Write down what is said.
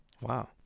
Wow